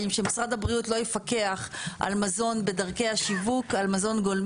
או שמייצר מזון בלי שקבע וסימן את אורך חיי המדף של המזון,